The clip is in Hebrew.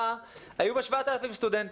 היו בה רק 7,000 סטודנטים.